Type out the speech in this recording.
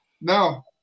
No